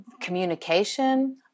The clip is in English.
communication